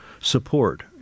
support